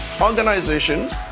organizations